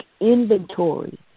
inventory